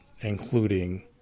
including